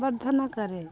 ବର୍ଦ୍ଧନ କରେ